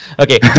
Okay